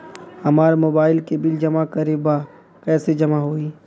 हमार मोबाइल के बिल जमा करे बा कैसे जमा होई?